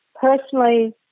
Personally